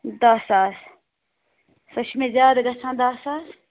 دَہ ساس سُہ چھُ مےٚ زیادٕ گژھان دَہ ساس